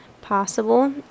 possible